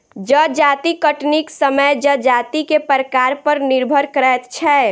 जजाति कटनीक समय जजाति के प्रकार पर निर्भर करैत छै